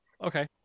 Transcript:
Okay